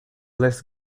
less